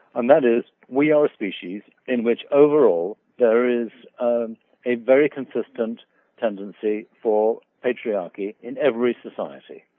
and that is we are a species in which overall there is um a very consistent tendency for patriarchy in every society.